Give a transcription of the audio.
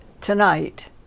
tonight